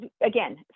again